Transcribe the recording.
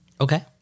Okay